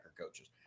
coaches